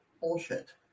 bullshit